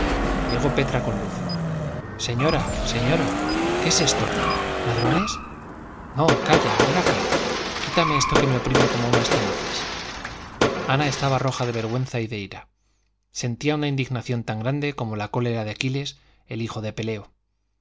llegó petra con luz señora señora qué es esto ladrones no calla ven acá quítame esto que me oprime como unas tenazas ana estaba roja de vergüenza y de ira sentía una indignación tan grande como la cólera de aquiles el hijo de peleo